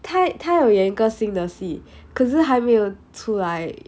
她她有演一个新的戏可是还没有出来